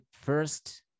first